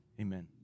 Amen